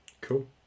Cool